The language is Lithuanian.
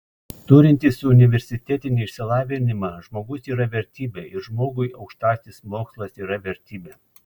turintis universitetinį išsilavinimą žmogus yra vertybė ir žmogui aukštasis mokslas yra vertybė